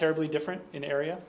terribly different in area